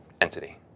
entity